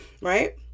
Right